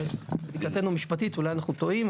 לידיעתנו המשפטית והלוואי שאנחנו טועים,